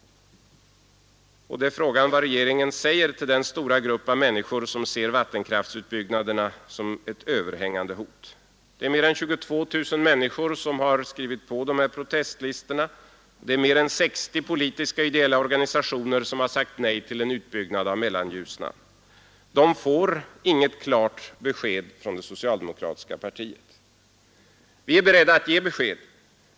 Frågan är: Vad säger regeringen till den stora grupp människor som ser vattenkraftsutbyggnaderna som ett överhängande hot? Det är mer ä 22 000 människor som skrivit på protestlistorna och drygt 60 politiska och ideella organisationer har sagt nej till en utbyggnad av Mellanljusnan. De får inget klart besked från det socialdemokratiska partiet. Vi är beredda att ge besked.